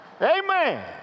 Amen